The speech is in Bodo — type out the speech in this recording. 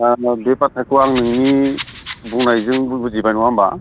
बे बाथ्राखौ आं नोंनि बुंनायजोंबो बुजिबाय नङा होमब्ला